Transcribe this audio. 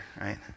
right